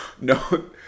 no –